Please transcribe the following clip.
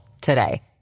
today